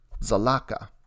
Zalaka